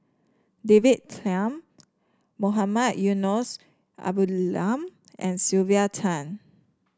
David Tham Mohamed Eunos Abdullah and Sylvia Tan